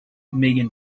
megan